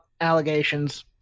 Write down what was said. allegations